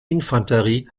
infanterie